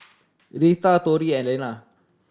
Reatha Torrie and Elna